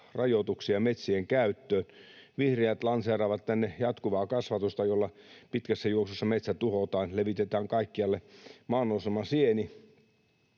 rajoituksia metsien käyttöön. Vihreät lanseeraavat tänne jatkuvaa kasvatusta, jolla pitkässä juoksussa metsä tuhotaan, levitetään kaikkialle maannousemasieni.